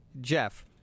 Jeff